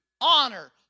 honor